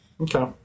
Okay